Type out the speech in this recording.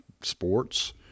sports